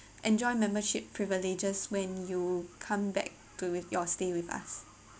enjoy membership privileges when you come back to with your stay with us